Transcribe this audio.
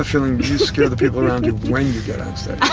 ah scare the people around you when you get on stage.